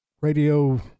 radio